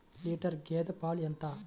Litre గేదె పాలు ఎంత?